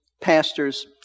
pastors